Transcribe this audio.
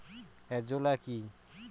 Azolla কি?